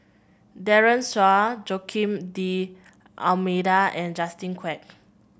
Daren Shiau Joaquim D'Almeida and Justin Quek